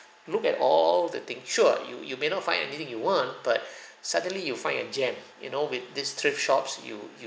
look at all the thing sure you you may not find anything you want but suddenly you find a gem you know with this thrift shops you you